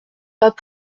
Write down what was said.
pas